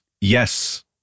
yes